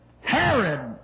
Herod